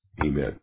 Amen